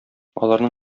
аларның